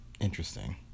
interesting